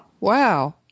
wow